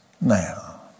Now